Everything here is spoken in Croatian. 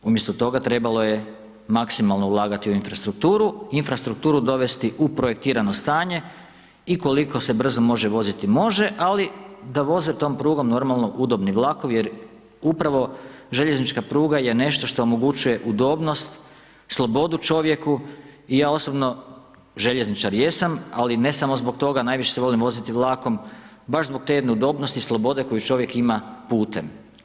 Umjesto toga trebalo je maksimalno ulagati u infrastrukturu, infrastrukturu dovesti u projektirano stanje i koliko se brzo može voziti, može, ali da voze tom prugom normalno udobni vlakovi jer upravo željeznička pruga je nešto što omogućuje udobnost, slobodu čovjeku i ja osobno željezničar jesam ali ne samo zbog toga, najviše se volim voziti vlakom baš zbog te jedne udobnosti i slobode koju čovjek ima putem.